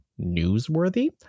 newsworthy